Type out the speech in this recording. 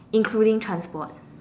including transport